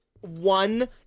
one